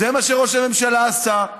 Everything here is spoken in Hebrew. זה מה שראש הממשלה עשה.